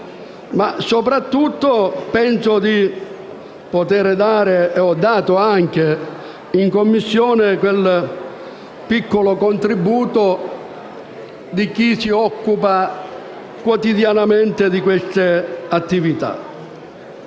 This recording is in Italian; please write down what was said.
territorio e penso di poter dare, come ho fatto anche in Commissione, il piccolo contributo di chi si occupa quotidianamente di queste attività.